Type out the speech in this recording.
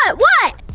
what? what?